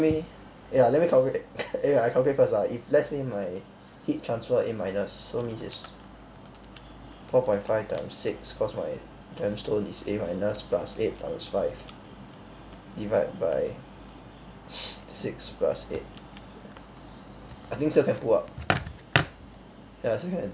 let me eh ya let me calculate eh ya I calculate first ah if let's say my heat transfer A minus so means it's four point five time six cause my gemstone is A minus plus eight times five divide by six plus eight I think still can pull up ya still can